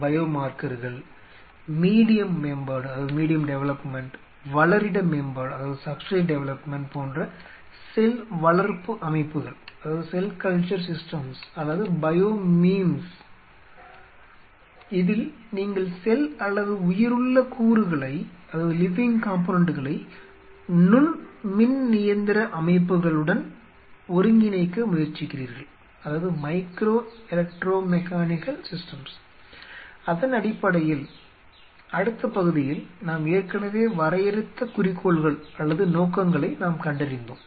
பையோமார்க்கர்கள் medium மேம்பாடு வளரிட மேம்பாடு போன்ற செல் வளர்ப்பு அமைப்புகள் அல்லது பையோமீம்கள் இதில் நீங்கள் செல் அல்லது உயிருள்ள கூறுகளை நுண் மின்னியந்திர அமைப்புகளுடன் ஒருங்கிணைக்க முயற்சிக்கிறீர்கள் அதன் அடிப்படையில் அடுத்த பகுதியில் நாம் ஏற்கனவே வரையறுத்த குறிக்கோள்கள் அல்லது நோக்கங்களைக் நாம் கண்டறிந்தோம்